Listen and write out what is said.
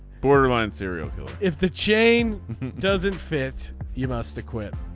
borderline serial killer. if the chain doesn't fit you must acquit.